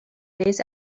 days